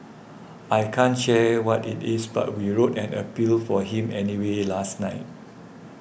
I can't share what it is but we wrote an appeal for him anyway last night